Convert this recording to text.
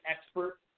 expert